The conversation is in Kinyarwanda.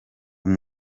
uyu